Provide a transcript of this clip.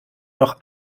noch